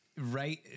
right